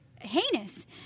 heinous